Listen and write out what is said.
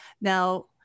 Now